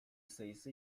sayısı